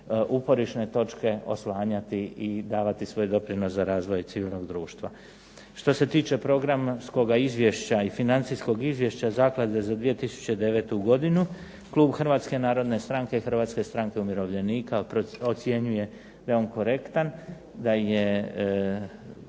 uporišne točke oslanjati i davati svoj doprinos za razvoj civilnog društva. Što se tiče programskoga izvješća i financijskog izvješća zaklade za 2009. godinu klub Hrvatske narodne stranke i Hrvatske stranke umirovljenika ocjenjuje da je on korektan, da je